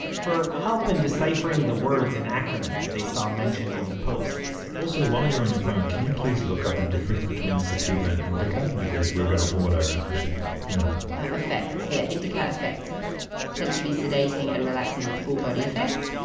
for help in deciphering the words and acronyms they saw mentioned in the posts also, while your on your phone, can you please look up the difference between sativa and indica because we're going to order and i should know ah, effects yeah, indica effects tend to be sedating and relaxing with full-body effects,